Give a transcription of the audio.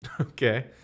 Okay